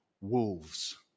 wolves